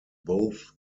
both